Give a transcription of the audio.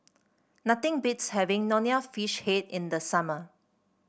nothing beats having Nonya Fish Head in the summer